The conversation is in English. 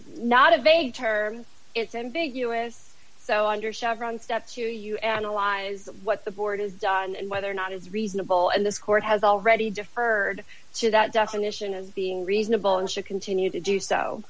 not a vague term it's ambiguous so under chevron step two you analyze what the board has done and whether or not it's reasonable and this court has already deferred to that definition of being reasonable and should continue to do so